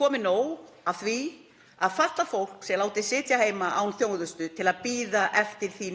komið nóg af því að fatlað fólk sé látið sitja heima án þjónustu til að bíða eftir því